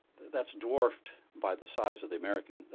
that's dwarfed by the size of the american,